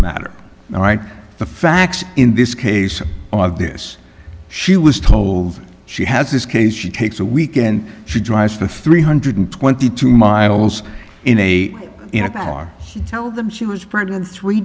matter all right the facts in this case of this she was told she has this case she takes a weekend she drives the three hundred twenty two miles in a in a car tell them she was pregnant three